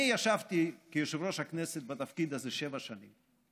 אני ישבתי כיושב-ראש הכנסת בתפקיד הזה שבע שנים.